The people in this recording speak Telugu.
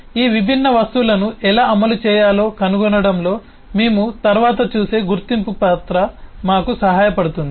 ఈ విభిన్న వస్తువులను ఎలా అమలు చేయాలో కనుగొనడంలో మేము తరువాత చూసే గుర్తింపు పాత్ర మాకు సహాయపడుతుంది